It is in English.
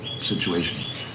situation